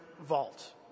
vault